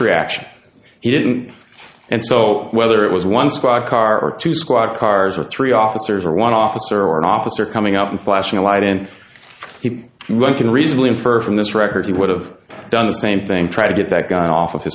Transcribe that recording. reaction he didn't and so whether it was one squad car or two squad cars or three officers or one officer or an officer coming up and flashing a light in he one can reasonably infer from this record he would have done the same thing try to get that guy off of his